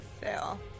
Fail